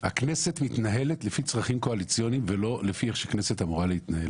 נשיאות הכנסת שלא לאשר דחיפות הצעתה לסדר היום